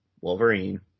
Wolverine